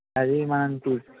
అది మనం